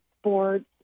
sports